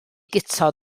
guto